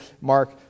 Mark